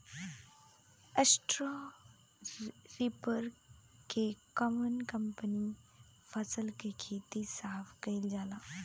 Straw reaper से कवन कवनी फसल के खेत साफ कयील जाला?